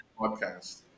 podcast